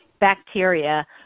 Bacteria